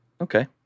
Okay